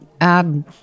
add